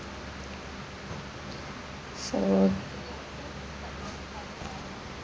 so